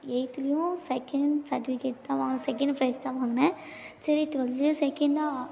எய்ட்த்துலேயும் second certificate தான் வாங்கினேன் second prize தான் வாங்கினேன் சரி டுவெல்த்தில் செகண்ட்டாக